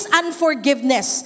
unforgiveness